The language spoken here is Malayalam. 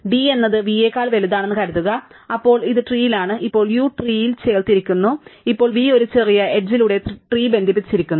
d എന്നത് v യേക്കാൾ വലുതാണെന്ന് കരുതുക അപ്പോൾ ഇത് ട്രീലാണ് ഇപ്പോൾ u ട്രീൽ ചേർത്തിരിക്കുന്നു ഇപ്പോൾ v ഒരു ചെറിയ എഡ്ജ് ലൂടെ ട്രീ ബന്ധിപ്പിച്ചിരിക്കുന്നു